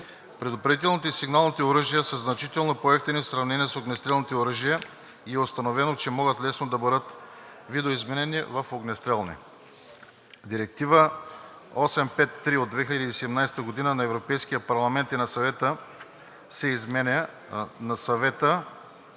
Предупредителните и сигналните оръжия са значително по евтини в сравнение с огнестрелните оръжия и е установено, че могат лесно да бъдат видоизменяни в огнестрелни. Директива 2017/853 на Европейския парламент и на Съвета изменя Директива